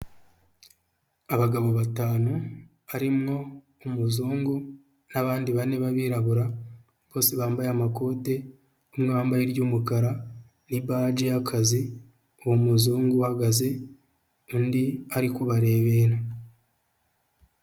Abagabo batanu harimo umuzungu nabandi bane b'abirabura bose bambaye amakote, umwe wambaye iry'umukara n'i baji y'akazi uwo muzungu uhagaze undi ariko arikubarebera.